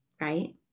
right